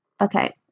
Okay